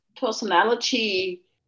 personality